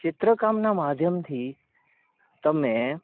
ચિત્રકામના માધ્યમથી તમે